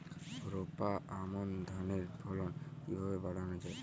রোপা আমন ধানের ফলন কিভাবে বাড়ানো যায়?